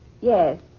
Yes